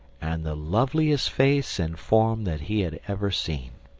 and the loveliest face and form that he had ever seen.